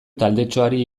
taldetxoari